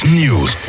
news